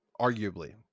arguably